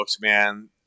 man